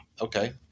Okay